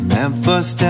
Memphis